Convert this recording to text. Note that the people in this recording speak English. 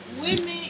women